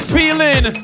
feeling